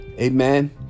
Amen